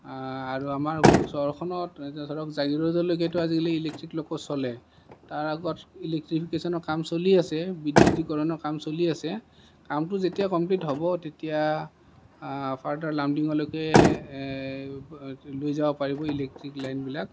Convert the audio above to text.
আৰু আমাৰ ওচৰখনত এতিয়া ধৰক জাগীৰোডলৈকেতো আজিকালি ইলেক্ট্ৰিক লক' চলে তাৰ আগত ইলেক্ট্ৰিফিকেশ্বনৰ কাম চলি আছে বৈদ্যুতিকীকৰমৰ কাম চলি আছে কামটো যেতিয়া কমপ্লিট হ'ব তেতিয়া ফাৰ্ডাৰ লামডিংলৈকে লৈ যাব পাৰিব ইলেক্ট্ৰিক লাইনবিলাক